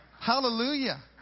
Hallelujah